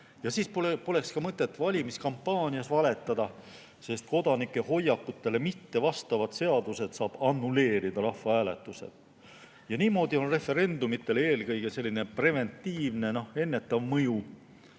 Siis poleks ka mõtet valimiskampaanias valetada, sest kodanike hoiakutele mittevastavad seadused saab annulleerida rahvahääletusel. Niimoodi on referendumitel eelkõige preventiivne, ennetav mõju.